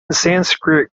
sanskrit